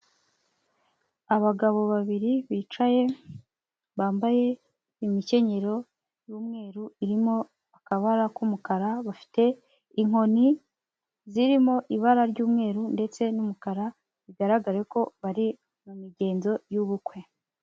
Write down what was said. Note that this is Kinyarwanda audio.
Abagabo babiri bicaye bambaye imikenyero y'umweru irimo akabara k'umukara, bafite inkoni zirimo ibara ry'umweru ndetse n'umukara, bigaragare ko bari mu migenzo y'ubukwe.